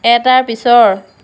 এটাৰ পিছৰ